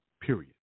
period